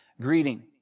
greeting